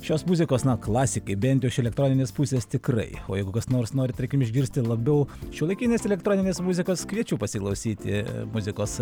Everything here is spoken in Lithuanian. šios muzikos klasikai bent jau iš elektroninės pusės tikrai o jeigu kas nors norit tarkim išgirsti labiau šiuolaikinės elektroninės muzikos kviečiu pasiklausyti muzikos